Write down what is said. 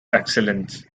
excellence